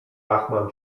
łachman